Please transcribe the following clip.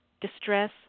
distress